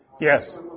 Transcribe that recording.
Yes